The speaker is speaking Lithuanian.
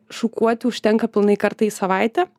šukuoti užtenka pilnai kartą į savaitę